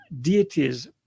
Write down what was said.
deities